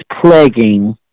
plaguing